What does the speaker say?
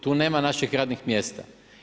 Tu nema naših radnih mjesta.